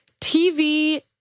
TV